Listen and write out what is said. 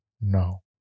No